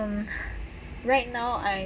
right now I